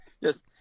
Yes